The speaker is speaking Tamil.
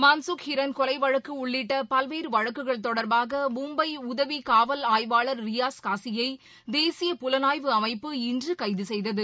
மான் சுக் ஹிரள் கொலைவழக்க உள்ளிட்ட பல்வேறு வழக்குகள் தொடர்பாக மும்பை உதவி காவல் ஆய்வாளர் ரியாஸ் காசியை தேசிய பலனாய்வ அமைப்ப இன்று கைது செய்தது